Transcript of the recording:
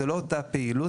זו לא אותה פעילות.